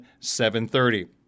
7.30